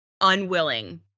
unwilling